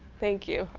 thank you.